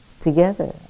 together